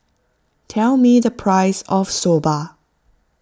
tell me the price of Soba